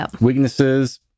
Weaknesses